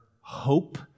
hope